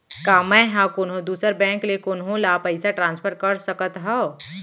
का मै हा कोनहो दुसर बैंक ले कोनहो ला पईसा ट्रांसफर कर सकत हव?